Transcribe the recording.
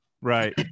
right